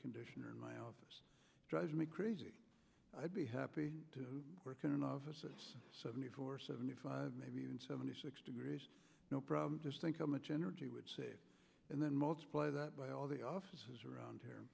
conditioner in my office drives me crazy i'd be happy to work in an office seventy four seventy five maybe even seventy six degrees just think how much energy would save and then multiply that by all the offices around here